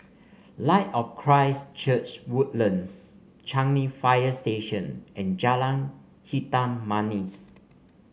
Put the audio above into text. Light of Christ Church Woodlands Changi Fire Station and Jalan Hitam Manis